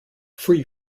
free